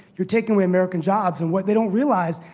you're taking away american jobs. and what they don't realize,